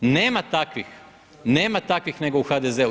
Nema takvih, nema takvih nego u HDZ-u.